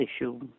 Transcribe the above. issue